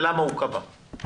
ולמה קבע?